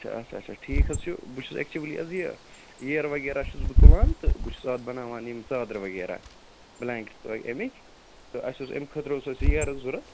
اچھا اچھا ٹھیٖک حظ چھُ بہٕ چھُس ایٚکچُؤلی حظ یہِ یٲرۍ وغیرہ چھُس بہٕ تُلان تہٕ بہٕ چھُس اتھ بناوان یہ ژادرٕ وغیرہ بلینکیٚٹس امکۍ تہٕ اسہ اوس امہ خٲطرٕ اوس اسہ ییرۍ ضوٚرتھ